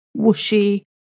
whooshy